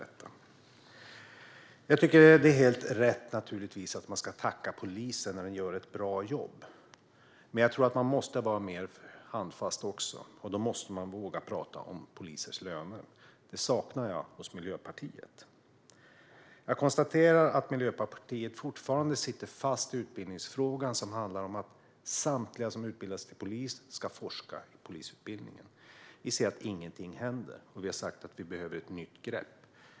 Det är naturligtvis helt rätt att man ska tacka polisen när den gör ett bra jobb. Men jag tror att man också måste vara mer handfast. Då måste man våga tala om polisers löner. Detta saknar jag hos Miljöpartiet. Jag konstaterar att Miljöpartiet fortfarande sitter fast i utbildningsfrågan, som handlar om att samtliga som utbildar sig till polis ska forska i polisutbildningen. Vi ser att ingenting händer. Vi har sagt att vi behöver ett nytt grepp.